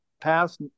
Passed